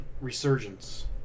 resurgence